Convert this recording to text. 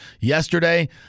yesterday